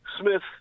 Smith